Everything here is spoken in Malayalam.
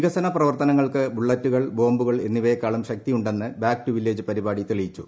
വികസന പ്രവർത്തനങ്ങൾക്ക് ബുള്ളറ്റുകൾ ബോംബുകൾ എന്നിവയെക്കാളും ശക്തിയുണ്ടെന്ന് ബാക് ടു വില്ലേജ് പരിപാടി തെളിയിച്ചു